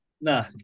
nah